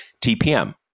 TPM